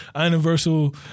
Universal